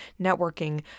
networking